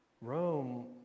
Rome